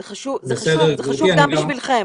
זה חשוב גם בשבילכם.